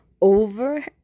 over